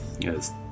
Yes